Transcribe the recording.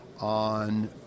on